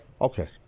Okay